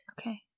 okay